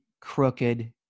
crooked